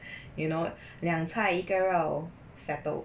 you know 两菜一个肉 settled